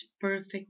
perfect